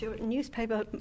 newspaper